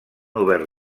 obert